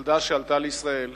ילדה שעלתה לישראל